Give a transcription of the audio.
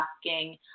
asking